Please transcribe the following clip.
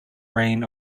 reign